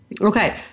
Okay